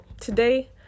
today